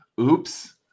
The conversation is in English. Oops